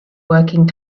working